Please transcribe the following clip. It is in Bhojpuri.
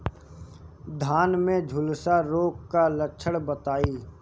धान में झुलसा रोग क लक्षण बताई?